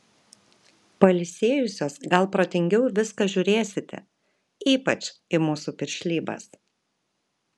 pailsėjusios gal protingiau į viską žiūrėsite ypač į mūsų piršlybas